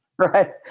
Right